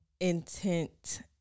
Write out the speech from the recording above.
intent